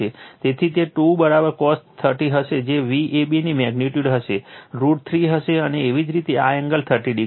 તેથી તે 2 cos 30 હશે જે Vab ની મેગ્નિટ્યુડ હશે રૂટ 3 હશે અને એવી જ રીતે આ એંગલ 30o છે